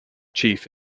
chief